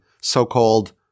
so-called